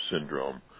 syndrome